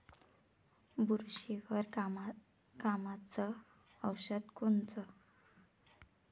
बुरशीवर कामाचं औषध कोनचं?